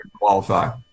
qualify